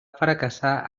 fracassar